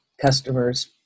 customers